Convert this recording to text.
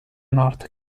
north